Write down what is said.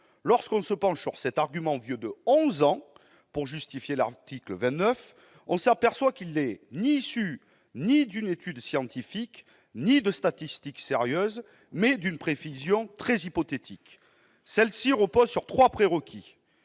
lorsqu'on se penche sur cet argument vieux de onze ans et utilisé aujourd'hui pour justifier cet article 29, on s'aperçoit qu'il n'est issu ni d'une étude scientifique ni de statistiques sérieuses, mais d'une prévision très hypothétique. Celle-ci reposait sur trois prérequis